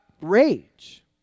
rage